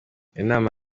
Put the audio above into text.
inama